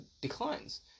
declines